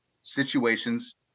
situations